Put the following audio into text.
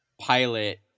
pilot